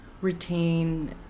retain